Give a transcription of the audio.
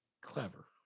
clever